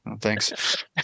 thanks